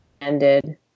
Ended